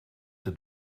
het